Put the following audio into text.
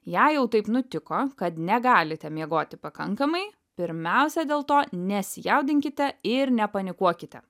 jei jau taip nutiko kad negalite miegoti pakankamai pirmiausia dėl to nesijaudinkite ir nepanikuokite